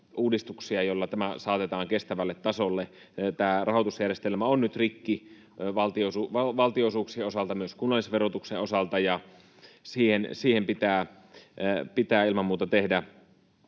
joilla tämä saatetaan kestävälle tasolle. Tämä rahoitusjärjestelmä on nyt rikki valtionosuuksien osalta, myös kunnallisverotuksen osalta, ja siihen pitää ilman muuta tehdä